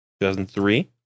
2003